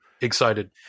excited